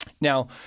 Now